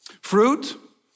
Fruit